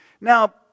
Now